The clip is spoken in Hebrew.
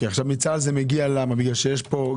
למה זה מגיע מצה"ל?